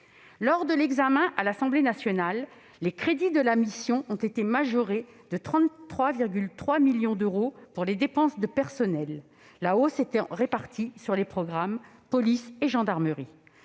Lors de l'examen à l'Assemblée nationale, les crédits de la mission ont été majorés de 33,3 millions d'euros pour les dépenses de personnels, la hausse étant répartie sur les programmes « Police nationale